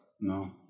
No